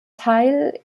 teil